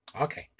Okay